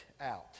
out